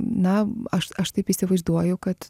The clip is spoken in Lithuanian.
na aš aš taip įsivaizduoju kad